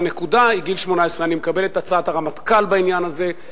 והנקודה היא גיל 18. אני מקבל את הצעת הרמטכ"ל בעניין הזה,